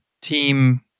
team